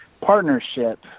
partnership